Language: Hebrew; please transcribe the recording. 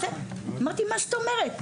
אמרתי, מה זאת אומרת?